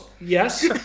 Yes